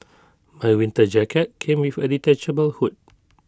my winter jacket came with A detachable hood